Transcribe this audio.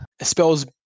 spells